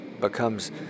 becomes